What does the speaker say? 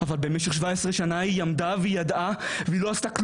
אבל במשך 17 שנה היא ידעה ולא עשתה כלום,